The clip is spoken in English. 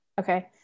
okay